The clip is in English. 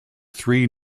three